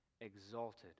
exalted